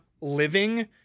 living